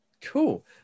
Cool